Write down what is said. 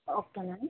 okay ma'am